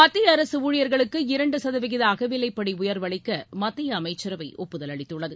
மத்திய அரசு ஊழியர்களுக்கு இரண்டு சதவீத அகவிலைப்படி உயர்வு அளிக்க மத்திய அமைச்சரவை ஒப்புதல் அளித்துள்ளது